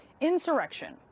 Insurrection